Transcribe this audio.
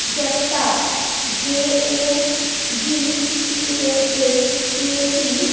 Jagtap J A G T A P T A P